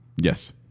yes